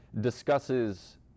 discusses